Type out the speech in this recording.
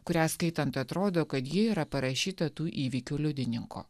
kurią skaitant atrodo kad ji yra parašyta tų įvykių liudininko